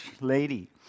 lady